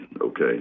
okay